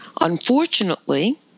Unfortunately